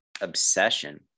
obsession